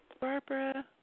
Barbara